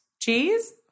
cheese